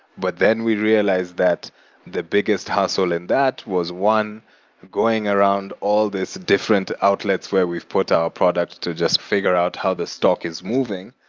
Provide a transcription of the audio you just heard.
but then, we realized that the biggest hassle in that was one going around all these different outlets where we've put our products to just figure out how the stock is moving.